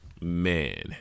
Man